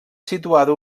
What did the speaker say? situada